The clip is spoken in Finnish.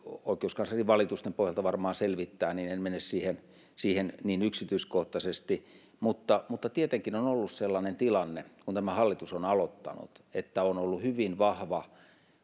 oikeuskansleri valitusten pohjalta varmaan selvittää niin en mene siihen siihen niin yksityiskohtaisesti mutta mutta tietenkin on ollut sellainen tilanne kun tämä hallitus on aloittanut että on ollut hyvin vahva